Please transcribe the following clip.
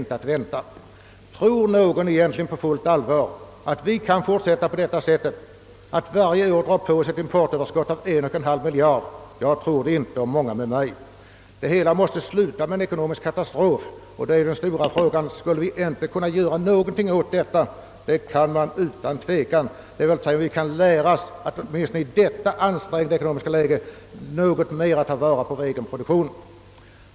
Tror någon på fullt allvar att vi kan fortsätta på detta sätt och varje år dra på oss ett importöverskott på 1,5 miljard? Jag och många med mig tror det inte. Det hela måste sluta med ekonomisk katastrof. Den stora frågan är, om vi inte kan göra någonting åt detta problem. Det är utan tvivel möjligt. Vi kan lära oss att i detta ansträngda ekonomiska läge något mer ta vara på vår egen produktion.